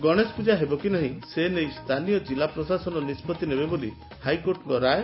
ଗଣେଶପୂଜା ହେବ କି ନାହିଁ ସେ ନେଇ ସ୍ଥାନୀୟ ଜିଲା ପ୍ରଶାସନ ନିଷ୍ବଉି ନେବ ବୋଲି ହାଇକୋର୍ଟଙ୍କ ରାୟ